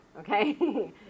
Okay